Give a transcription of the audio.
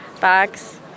bags